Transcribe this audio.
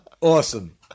Awesome